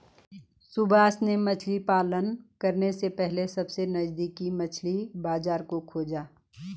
सुभाष ने मछली पालन करने से पहले सबसे नजदीकी मछली बाजार को खोजा